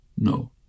No